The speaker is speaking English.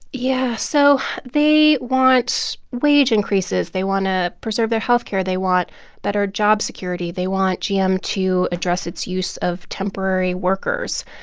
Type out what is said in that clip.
yeah. so they want wage increases. they want to preserve their health care. they want better job security. they want gm to address its use of temporary workers.